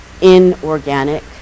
inorganic